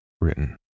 Written